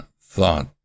thought